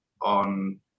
on